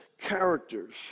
characters